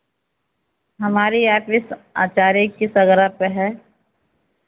हमारी आचरिस आचार्य की सगरा पे है